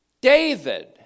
David